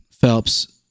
Phelps